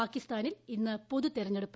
പാകിസ്ഥാനിൽ ഇന്ന് പൊതു തിരഞ്ഞെടുപ്പ്